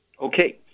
Okay